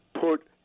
put